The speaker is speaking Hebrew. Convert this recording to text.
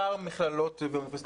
יש מספר מכללות ואוניברסיטאות.